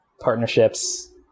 partnerships